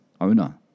owner